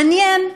מעניין,